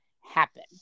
happen